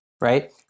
right